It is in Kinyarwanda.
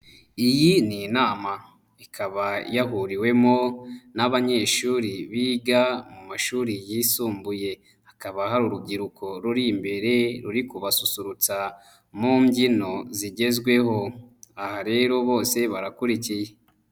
Iyi ni nama, ikaba yahuriwemo n'abanyeshuri biga mu mashuri yisumbuye. Hakaba hari urubyiruko ruri imbere ruri kubasusurutsa mu mbyino zigezweho. Aha rero bose barakurikiye.